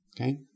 Okay